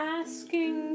asking